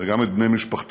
וגם את בני משפחתו,